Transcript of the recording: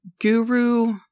guru